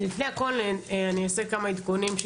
לפני הכול אני אעדכן כמה עדכונים.